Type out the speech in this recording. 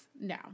No